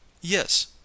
Yes